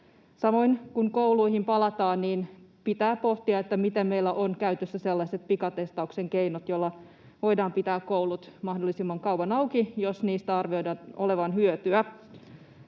Samoin, kun kouluihin palataan, pitää pohtia, miten meillä on käytössä sellaiset pikatestauksen keinot, joilla voidaan pitää koulut mahdollisimman kauan auki, jos niistä arvioidaan olevan hyötyä.